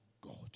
God